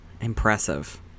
Impressive